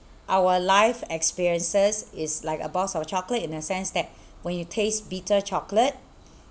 our life experiences is like a box of chocolate in a sense that when you taste bitter chocolate